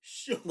shiok